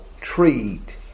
treat